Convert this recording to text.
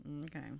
Okay